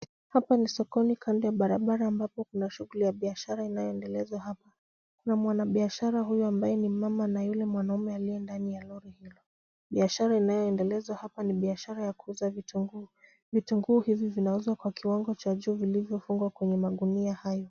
Hapa ni sokoni kando ya barabara ambapo kuna shughuli ya biashara inayoendelezwa hapa, kuna mwanabiashara huyo ambaye ni mama na yule mwanamume aliye ndani ya lori hilo, biashara inayoendelezwa hapa ni biashara ya kuuza vitunguu, vitunguu hivi vinauzwa kwa kiwango cha juu vilivyofungwa kwenye magunia hayo.